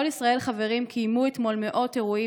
כל ישראל חברים קיימו אתמול מאות אירועים